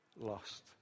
lost